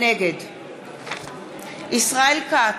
נגד ישראל כץ,